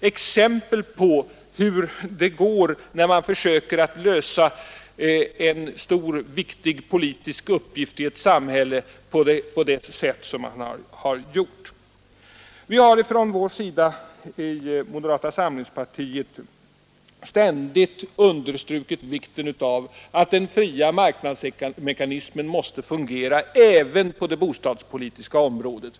exempel på hur det går när man försöker att lösa en Om åtgärder för pe stor och viktig politisk uppgift i ett samhälle på det sätt som man har främja uthyrningen gjort när det gäller bostäderna. ar forma lägenhe Vi har från moderata samlingspartiet ständigt understrukit vikten av ter i nyproducerade att den fria marknadsmekanismen får fungera även på det bostadspolihus tiska området.